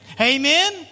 Amen